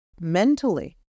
mentally